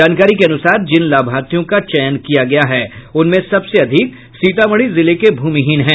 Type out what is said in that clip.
जानकारी के अनुसार जिन लाभार्थियों का चयन किया गया है उनमें सबसे अधिक सीतामढ़ी जिले के भूमिहीन है